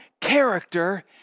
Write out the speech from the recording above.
character